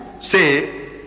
say